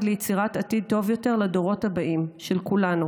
ליצירת עתיד טוב יותר לדורות הבאים של כולנו,